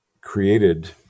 created